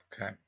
Okay